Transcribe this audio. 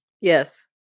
Yes